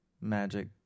magic